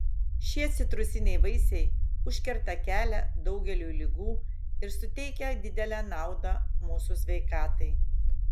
šie citrusiniai vaisiai užkerta kelią daugeliui ligų ir suteikia didelę naudą mūsų sveikatai